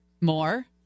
More